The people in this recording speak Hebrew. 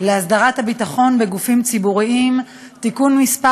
להסדרת הביטחון בגופים ציבוריים (תיקון מס'